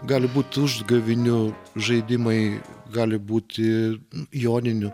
gali būt užgavėnių žaidimai gali būti joninių